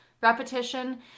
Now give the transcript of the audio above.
repetition